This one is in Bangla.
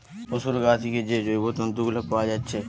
পোশুর গা থিকে যে জৈব তন্তু গুলা পাআ যাচ্ছে